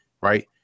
right